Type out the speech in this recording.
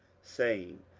saying,